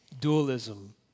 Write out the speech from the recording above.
Dualism